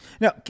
Now